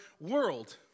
world